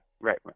right